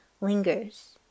lingers